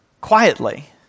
quietly